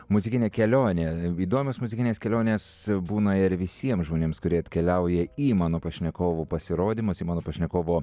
muzikinė kelionė įdomios muzikinės kelionės būna ir visiems žmonėms kurie atkeliauja į mano pašnekovo pasirodymus į mano pašnekovo